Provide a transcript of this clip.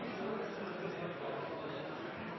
Så har